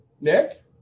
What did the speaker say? Nick